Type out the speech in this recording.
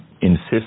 insist